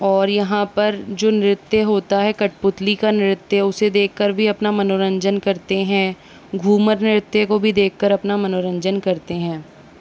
और यहाँ पर जो नृत्य होता है कठपुतली का नृत्य उसे देखकर भी अपना मनोरंजन करते हैं घूमर नृत्य को भी देखकर अपना मनोरंजन करते हैं